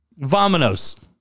Vominos